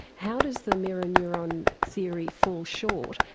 how does the mirror neuron theory fall short,